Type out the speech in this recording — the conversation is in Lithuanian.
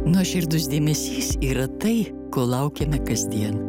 nuoširdus dėmesys yra tai ko laukiame kasdien